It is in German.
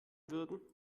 würden